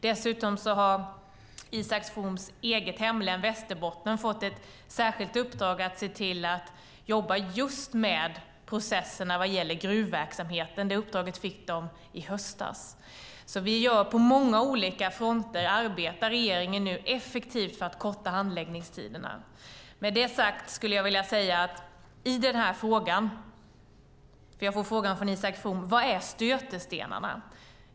Dessutom har Isak Froms eget hemlän Västerbotten fått ett särskilt uppdrag att se till att jobba just med processerna vad gäller gruvverksamheten. Det uppdraget fick de i höstas. På många olika fronter arbetar regeringen nu effektivt för att korta handläggningstiderna. Jag får frågan från Isak From: Vilka är stötestenarna?